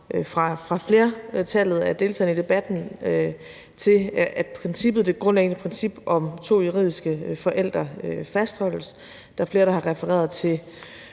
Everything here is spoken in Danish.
fra flertallet af deltagerne i debatten til, at det grundlæggende princip om to juridiske forældre fastholdes. Der er flere, der har refereret til